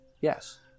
Yes